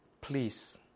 Please